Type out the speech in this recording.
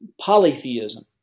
polytheism